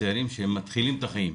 צעירים שמתחילים את החיים.